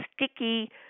sticky